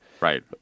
Right